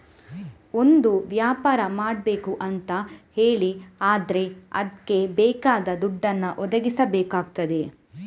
ಒಂದು ವ್ಯಾಪಾರ ಮಾಡ್ಬೇಕು ಅಂತ ಹೇಳಿ ಆದ್ರೆ ಅದ್ಕೆ ಬೇಕಾದ ದುಡ್ಡನ್ನ ಒದಗಿಸಬೇಕಾಗ್ತದೆ